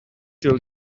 till